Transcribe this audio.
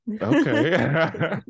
Okay